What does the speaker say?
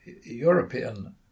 European